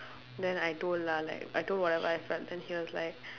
then I told I told whatever I felt then he was like